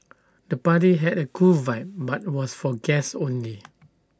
the party had A cool vibe but was for guests only